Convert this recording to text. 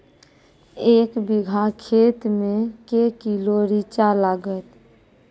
एक बीघा खेत मे के किलो रिचा लागत?